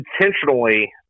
intentionally